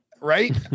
right